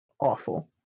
awful